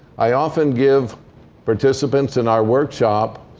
i often give participants in our workshop